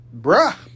bruh